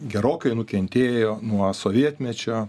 gerokai nukentėjo nuo sovietmečio